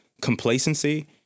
complacency